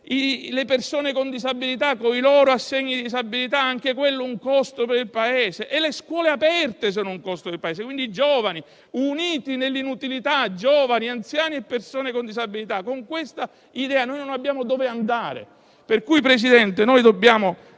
le persone con disabilità coi loro assegni di disabilità che rappresentano un costo per il Paese; come le scuole aperte sono un costo per il Paese; quindi sono uniti nell'inutilità giovani, anziani e persone con disabilità. Con questa idea non andiamo avanti. Presidente, dobbiamo